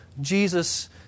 Jesus